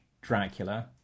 Dracula